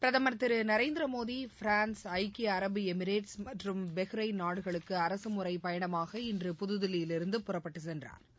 பிரதமர் திரு நரேந்திர மோடி பிரான்ஸ் ஐக்கிய அரபு எமிரேட்ஸ் மற்றம் பஹ்ரைன் நாடுகளுக்கு அரசுமுறைப் பயணமாக இன்று புதுதில்லியில் இருந்து புறப்பட்டு சென்றாா்